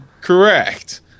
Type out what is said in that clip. correct